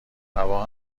هوا